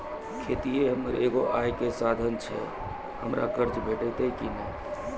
खेतीये हमर एगो आय के साधन ऐछि, हमरा कर्ज भेटतै कि नै?